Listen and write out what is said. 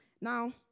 Now